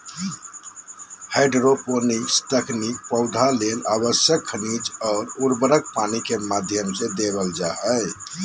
hydroponics तकनीक पौधा ले आवश्यक खनिज अउर उर्वरक पानी के माध्यम से देवल जा हई